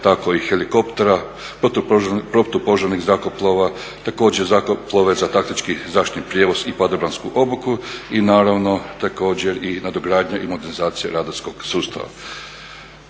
tako i helikoptera, protupožarnih zrakoplova. Također zrakoplove za taktički zaštitni prijevoz i padobransku obuku i naravno također i nadogradnja i modernizacija radarskog sustava.